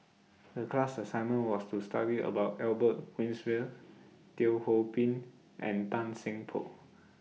The class assignment was to study about Albert Winsemius Teo Ho Pin and Tan Seng Poh